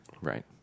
Right